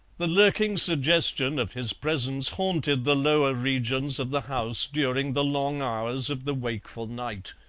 the lurking suggestion of his presence haunted the lower regions of the house during the long hours of the wakeful night,